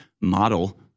model